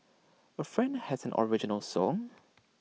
A friend has an original song